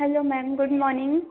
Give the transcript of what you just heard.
hello ma'am good morning